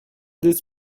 this